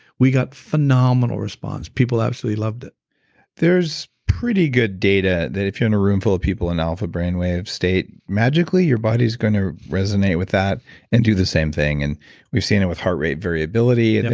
we got phenomenal response, people absolutely loved it there's pretty good data that if you're in a room full of people in alpha brainwave state, magically your body's going to resonate with that and do the same thing. and we've seen it with heart rate variability, and